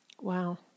Wow